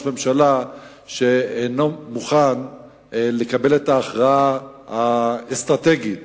ממשלה שאינו מוכן לקבל את ההכרעה האסטרטגית